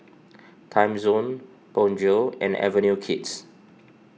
Timezone Bonjour and Avenue Kids